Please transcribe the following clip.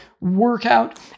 workout